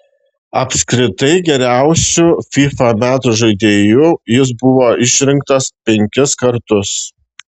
apskritai geriausiu fifa metų žaidėju jis buvo išrinktas penkis kartus